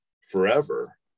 forever